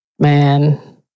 Man